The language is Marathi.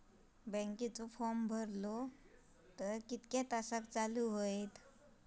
बँकेचो फार्म भरलो तर किती तासाक चालू होईत?